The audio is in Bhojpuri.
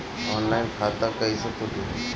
ऑनलाइन खाता कईसे खुलि?